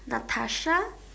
Natasha